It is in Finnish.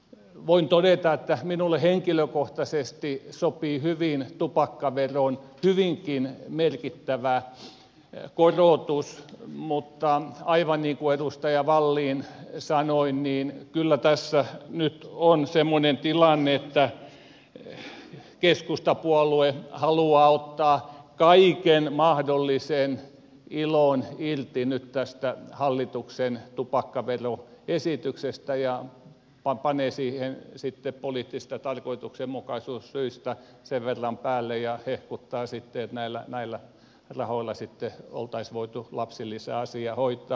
voin todeta että minulle henkilökohtaisesti sopii hyvin tupakkaveron hyvinkin merkittävä korotus mutta aivan niin kuin edustaja wallin sanoi kyllä tässä nyt on semmoinen tilanne että keskustapuolue haluaa ottaa kaiken mahdollisen ilon irti nyt tästä hallituksen tupakkaveroesityksestä ja panee siihen sitten poliittisista tarkoituksenmukaisuussyistä sen verran päälle ja hehkuttaa sitten että näillä rahoilla sitten oltaisiin voitu lapsilisäasia hoitaa